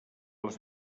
les